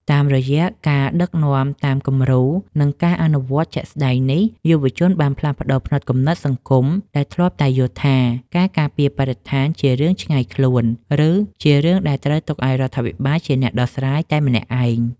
តាមរយៈការដឹកនាំតាមគំរូ និងការអនុវត្តជាក់ស្ដែងនេះ យុវជនបានផ្លាស់ប្តូរផ្នត់គំនិតសង្គមដែលធ្លាប់តែយល់ថា ការការពារបរិស្ថានជារឿងឆ្ងាយខ្លួន ឬជារឿងដែលត្រូវទុកឱ្យរដ្ឋាភិបាលជាអ្នកដោះស្រាយតែម្នាក់ឯង។